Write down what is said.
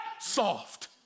soft